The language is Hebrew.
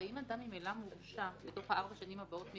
הרי אם אדם ממילא מורשע בארבע השנים הבאות,